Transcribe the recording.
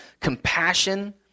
compassion